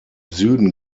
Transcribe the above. süden